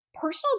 Personal